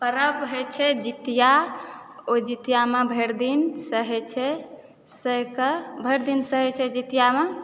परब होइ छै जितिआ ओ जितिआमे भरि दिन सहै छै सहि कऽ भरि दिन सहै छै जितिआमे